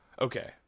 Okay